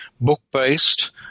book-based